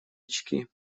очки